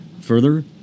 Further